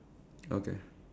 okay